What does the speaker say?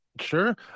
Sure